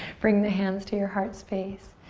bring the hands to your heart space.